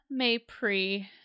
Maypre